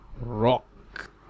rock